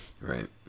Right